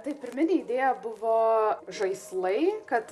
tai pirminė idėja buvo žaislai kad